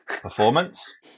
performance